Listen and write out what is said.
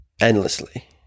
endlessly